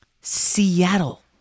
Seattle